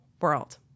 world